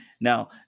Now